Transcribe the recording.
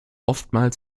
oftmals